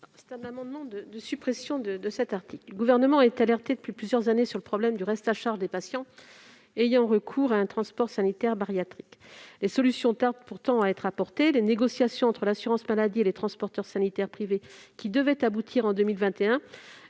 L'amendement vise à supprimer l'article 42. Le Gouvernement a été alerté depuis plusieurs années sur le problème du reste à charge des patients ayant recours à un transport sanitaire bariatrique. Pourtant, les solutions tardent à venir. Les négociations entre l'assurance maladie et les transporteurs sanitaires privés, qui devaient aboutir en 2021,